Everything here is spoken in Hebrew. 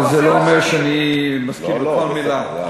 אבל זה לא אומר שאני מסכים לכל מילה.